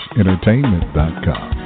entertainment.com